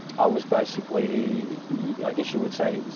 i was basically yeah i guess you would say,